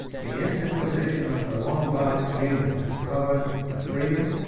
the interposition of the lombard kingdom covered the freedom,